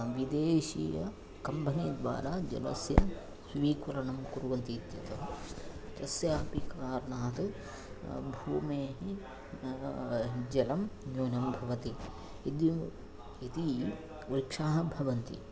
विदेशीया company द्वारा जलस्य स्वीकरणं कुर्वन्ति इत्यतः तस्यापि कारणात् भूमेः जलं न्यूनं भवति इति इति वृक्षाः भवन्ति